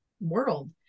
world